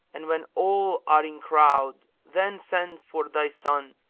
and when all are in crowd then send for thy son,